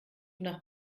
nach